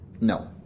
No